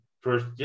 first